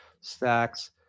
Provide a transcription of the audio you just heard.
stacks